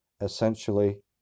essentially